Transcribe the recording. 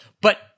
but-